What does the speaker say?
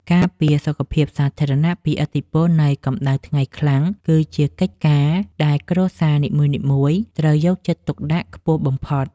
ការពារសុខភាពសាធារណៈពីឥទ្ធិពលនៃកម្ដៅថ្ងៃខ្លាំងគឺជាកិច្ចការដែលគ្រួសារនីមួយៗត្រូវយកចិត្តទុកដាក់ខ្ពស់បំផុត។